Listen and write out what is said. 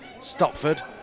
Stopford